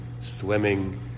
Swimming